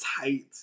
tight